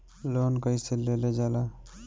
Loan कईसे लेल जाला?